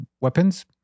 weapons